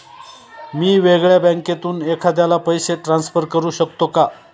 मी वेगळ्या बँकेतून एखाद्याला पैसे ट्रान्सफर करू शकतो का?